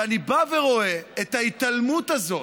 ואני בא ורואה את ההתעלמות הזאת,